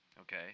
okay